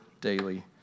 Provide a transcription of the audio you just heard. daily